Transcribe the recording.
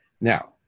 Now